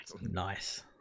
nice